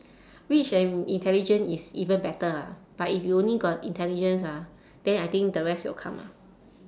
rich and intelligent is even better lah but if you only got intelligence ah then I think the rest will come ah